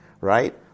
right